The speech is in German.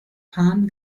pan